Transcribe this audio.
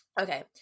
Okay